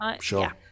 Sure